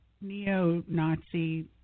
neo-Nazi